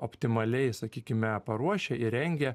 optimaliai sakykime paruošia įrengia